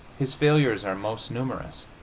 his failures are most numerous.